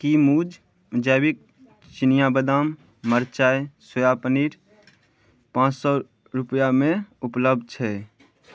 की मूज़ जैविक चिनिआ बदाम मरचाइ सोया पनीर पांँच सए रुपआमे उपलब्ध छै